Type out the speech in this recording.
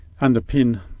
underpin